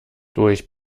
durch